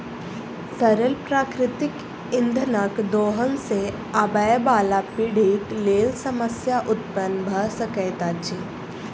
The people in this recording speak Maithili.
तरल प्राकृतिक इंधनक दोहन सॅ आबयबाला पीढ़ीक लेल समस्या उत्पन्न भ सकैत अछि